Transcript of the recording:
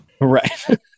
right